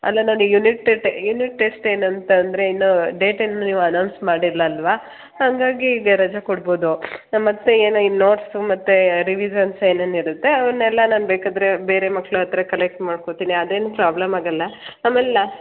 ಅಲ್ಲ ನನಗೆ ಯುನಿಟ್ ಟೆಟೆ ಯುನಿಟ್ ಟೆಸ್ಟ್ ಏನು ಅಂತಂದರೆ ಇನ್ನೂ ಡೇಟನ್ನು ನೀವು ಅನೌನ್ಸ್ ಮಾಡಿಲ್ಲ ಅಲ್ಲವಾ ಹಾಗಾಗಿ ಈಗ ರಜಾ ಕೊಡ್ಬೋದು ನಮ್ಮ ಮತ್ತು ಏನೋ ಈ ನೋಟ್ಸು ಮತ್ತು ರಿವಿಜನ್ಸ್ ಏನೇನು ಇರುತ್ತೆ ಅವನ್ನೆಲ್ಲಾ ನಾನು ಬೇಕಾದರೆ ಬೇರೆ ಮಕ್ಳ ಹತ್ರ ಕಲೆಕ್ಟ್ ಮಾಡ್ಕೊತೀನಿ ಅದೇನು ಪ್ರಾಬ್ಲಮ್ ಆಗೋಲ್ಲ ಆಮೇಲೆ